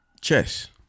chess